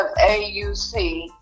AUC